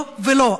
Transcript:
לא ולא.